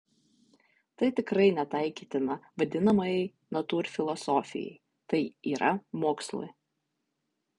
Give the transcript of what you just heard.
tai tikrai netaikytina vadinamajai natūrfilosofijai tai yra mokslui